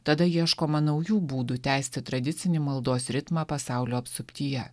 tada ieškoma naujų būdų tęsti tradicinį maldos ritmą pasaulio apsuptyje